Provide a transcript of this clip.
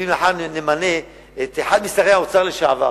וגם אם מחר נמנה את אחד משרי האוצר לשעבר